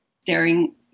staring